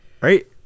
right